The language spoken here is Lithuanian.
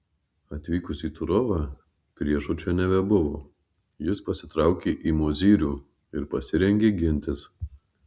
atvykus į turovą priešo čia nebebuvo jis pasitraukė į mozyrių ir pasirengė gintis